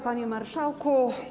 Panie Marszałku!